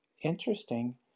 interesting